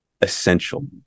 essential